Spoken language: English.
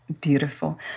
Beautiful